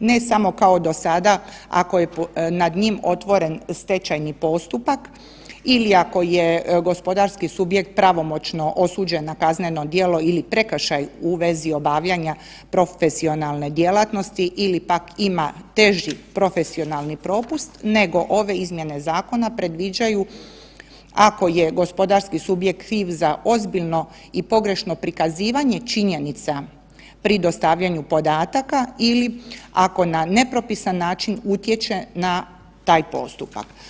ne samo kao do sada ako je nad njim otvoren stečajni postupak ili ako je gospodarski subjekt pravomoćno osuđen na kazneno djelo ili prekršaj u vezi obavljanja profesionalne djelatnosti ili pak ima teži profesionalni propust nego ove izmjene zakona predviđaju ako je gospodarski subjekt … za ozbiljno i pogrešno prikazivanje činjenica pri dostavljanju podataka ili ako na nepropisan način utječe na taj postupak.